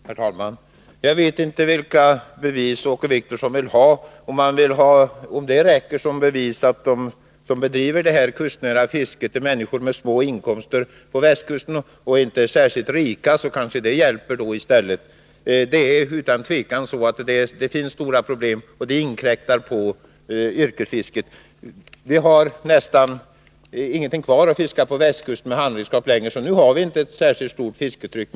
Herr talman! Jag vet inte vilka bevis Åke Wictorsson vill ha. Det räcker kanske som bevis att de som bedriver det kustnära fisket på västkusten är människor med små inkomster. Utan tvivel finns det stora problem, och fritidsfisket inkräktar på yrkesfisket. På västkusten har vi nästan ingenting kvar längre att fiska med handredskap. Vi har därför nu inte något särskilt stort fisketryck.